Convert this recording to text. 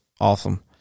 awesome